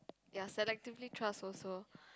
ya selectively trust also